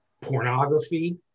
pornography